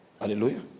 Hallelujah